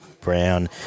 Brown